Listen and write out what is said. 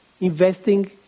investing